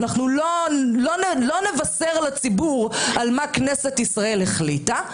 אנחנו לא נבשר לציבור על מה כנסת ישראל החליטה,